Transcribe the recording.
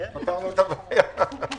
פתרנו את הבעיה.